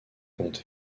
comté